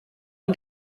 und